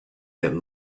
that